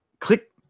click